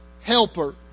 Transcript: Helper